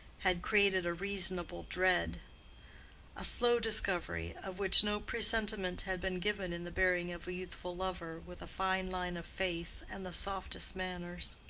had created a reasonable dread a slow discovery, of which no presentiment had been given in the bearing of a youthful lover with a fine line of face and the softest manners.